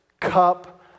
cup